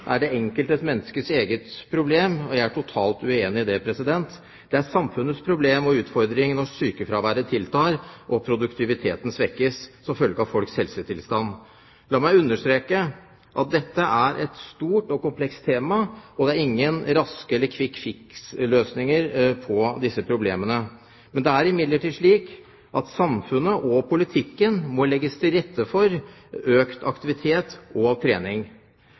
er det enkelte menneskets eget problem. Jeg er totalt uenig i det. Det er samfunnets problem og utfordring når sykefraværet tiltar og produktiviteten svekkes som følge av folks helsetilstand. La meg understreke at dette er et stort og komplekst tema. Det er ingen raske løsninger, eller «quick fix»-løsninger, på disse problemene. Det er imidlertid slik at samfunnet og politikken må legge til rette for økt aktivitet og trening.